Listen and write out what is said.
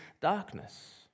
darkness